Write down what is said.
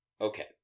Okay